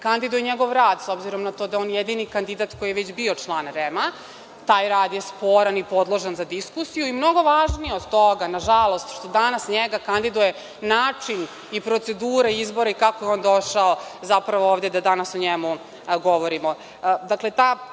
kandiduje njegov rad, s obzirom na to da je on jedini kandidat koji je već bio član REM-a. Taj rad je sporan i podložan za diskusiju i mnogo važnije od toga, nažalost, što danas njega kandiduje način i procedura izbora i kako je on došao ovde da danas o njemu govorimo. Dakle,